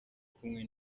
kumwe